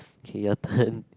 okay your turn